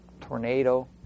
tornado